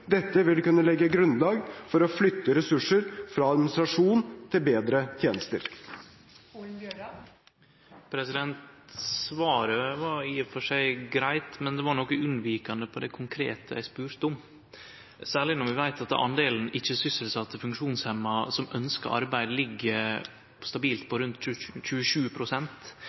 Dette vil kunne legge grunnlaget for å flytte ressurser fra administrasjon til bedre tjenester. Svaret var i og for seg greitt, men det var noko unnvikande på det konkrete eg spurde om, særleg når vi veit at talet på ikkje sysselsette funksjonshemma som ønskjer arbeid, ligg stabilt på rundt